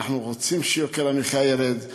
אנחנו רוצים שיוקר המחיה ירד,